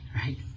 right